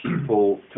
people